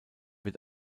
wird